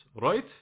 Right